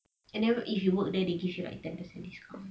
and then if you work there they give you like ten percent discount